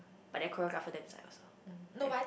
but their choreographer damn sex also damn